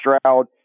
Stroud